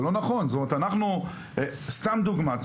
סתם דוגמא,